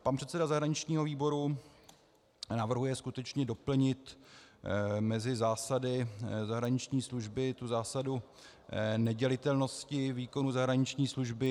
Pan předseda zahraničního výboru navrhuje skutečně doplnit mezi zásady zahraniční služby zásadu nedělitelnosti výkonu zahraniční služby.